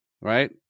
right